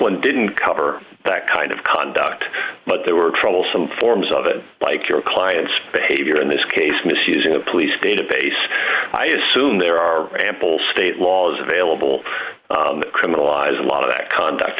one didn't cover that kind of conduct but there were troublesome forms of it like your client's favor in this case misusing a police database i assume there are ample state laws available criminalize a lot of that conduct